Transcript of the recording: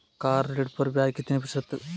Car ऋण पर ब्याज कितने प्रतिशत है?